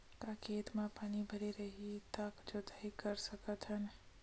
का खेत म पानी भरे रही त जोताई कर सकत हन?